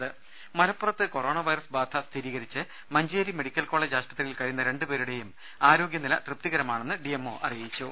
ദേദ മലപ്പുറത്ത് corona virus ബാധ സ്ഥിരീകരിച്ച് മഞ്ചേരി മെഡിക്കൽ കോളജ് ആശുപത്രിയിൽ കഴിയുന്ന രണ്ട് പേരുടെയും ആരോഗ്യനില തൃപ്തികരമാണെന്ന് ഡി എം ഒ അറിയിച്ചു